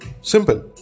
Simple